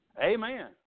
Amen